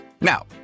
Now